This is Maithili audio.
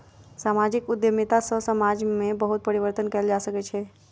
सामाजिक उद्यमिता सॅ समाज में बहुत परिवर्तन कयल जा सकै छै